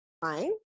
Fine